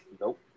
Nope